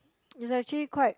is actually quite